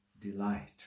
delight